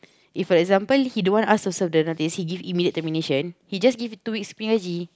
if for example he don't want us to serve the notice he give immediate termination he just give it two weeks clear he